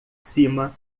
cima